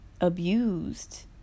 abused